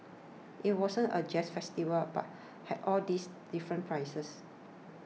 it wasn't a jazz festival but had all these different pieces